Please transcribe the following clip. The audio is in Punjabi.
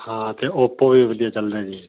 ਹਾਂ ਅਤੇ ਓਪੋ ਵੀ ਵਧੀਆ ਚੱਲ ਰਿਹਾ ਜੀ